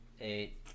eight